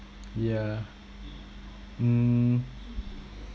yeah mm